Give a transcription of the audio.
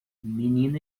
menina